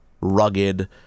rugged